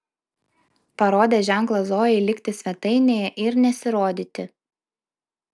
parodė ženklą zojai likti svetainėje ir nesirodyti